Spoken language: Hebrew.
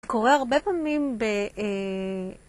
קורה הרבה פעמים ב...